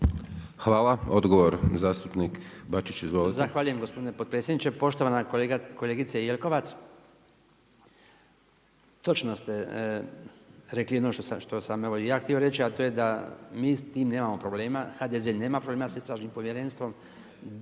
Hvala. Odgovor zastupnik Bačić, izvolite.